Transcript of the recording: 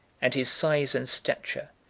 and his size and stature,